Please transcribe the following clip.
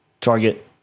target